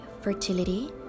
fertility